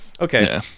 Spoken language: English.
okay